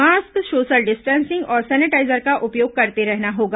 mask social distancing और sanitizer का उपयोग करते रहना होगा